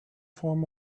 form